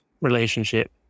relationship